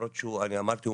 למרות שאני אמרתי,